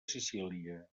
sicília